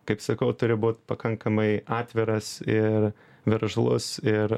kaip sakau turi būt pakankamai atviras ir veržlus ir